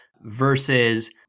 versus